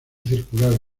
circular